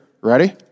Ready